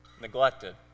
neglected